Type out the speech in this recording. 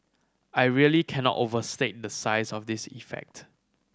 I really cannot overstate the size of this effect